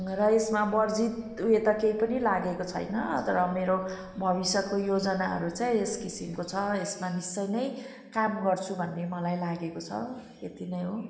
र यसमा बर्जित ऊ यो त केही पनि लागेको छैन तर मेरो भविष्यको योजनाहरू चाहिँ यस किसिमको छ यसमा निश्चय नै काम गर्छु भन्ने मलाई लागेको छ यति नै हो